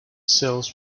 sells